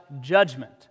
judgment